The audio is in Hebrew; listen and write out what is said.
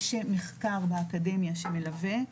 יש מחקר מהאקדמיה שמלווה.